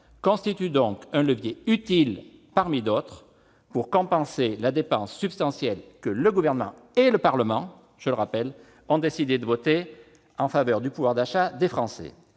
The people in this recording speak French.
constitue ainsi un levier utile, parmi d'autres, pour compenser la dépense substantielle que le Gouvernement et le Parlement ont décidée en faveur du pouvoir d'achat des Français.